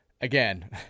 Again